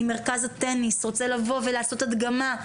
אם מרכז הטניס רוצה לבוא ולעשות הדגמה,